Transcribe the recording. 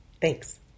Thanks